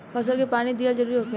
फसल के पानी दिहल जरुरी होखेला